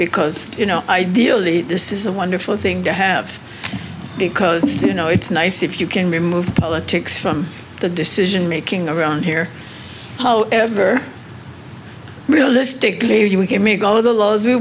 because you know ideally this is a wonderful thing to have because you know it's nice if you can remove all the ticks from the decision making around here however realistically we can meet all of the laws we